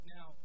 Now